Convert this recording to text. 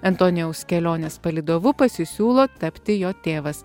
antonijaus kelionės palydovu pasisiūlo tapti jo tėvas